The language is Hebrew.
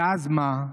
ואז מה?